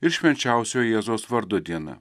ir švenčiausiojo jėzaus vardo diena